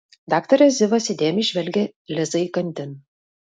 daktaras zivas įdėmiai žvelgė lizai įkandin